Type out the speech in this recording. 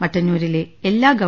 മട്ടന്നൂരിലെ എല്ലാ ഗവ